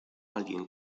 alguien